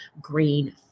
green